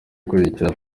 ikurikira